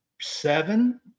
seven